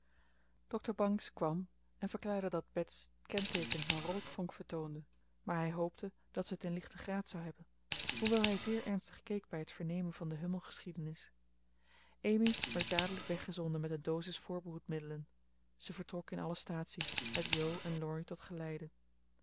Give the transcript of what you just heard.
dokter bangs kwam en verklaarde dat bets kenteekenen van roodvonk vertoonde maar hij hoopte dat ze het in lichten graad zou hebben hoewel hij zeer ernstig keek bij het vernemen van de hummel geschiedenis amy werd dadelijk weggezonden met een dosis voorbehoedmiddelen ze vertrok in alle statie met jo en laurie tot geleide